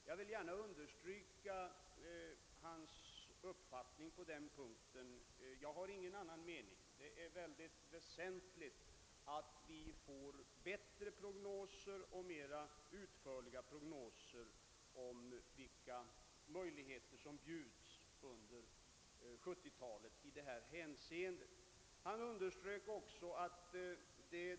Jag har därvidlag ingen annan uppfattning än herr Westberg. Det är mycket väsentligt att vi får bättre och mera utförliga prognoser om vilka möjligheter som i det hänseendet bjudes under 1970-talet.